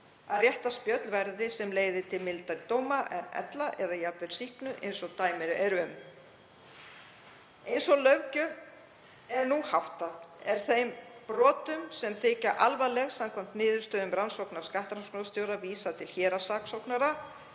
að réttarspjöll verði, sem leiðir til mildari dóma en ella eða jafnvel sýknu eins og dæmi eru um. Eins og löggjöf er nú háttað er þeim brotum sem þykja alvarleg samkvæmt niðurstöðum rannsóknar skattrannsóknarstjóra vísað til héraðssaksóknara